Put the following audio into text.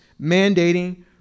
mandating